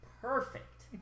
Perfect